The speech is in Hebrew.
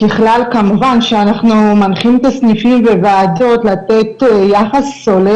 ככל כמובן שאנחנו מנחים את הסניפים והוועדות לתת יחס הולם